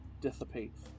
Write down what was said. dissipates